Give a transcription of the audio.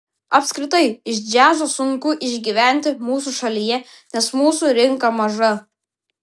apskritai iš džiazo sunku išgyventi mūsų šalyje nes mūsų rinka maža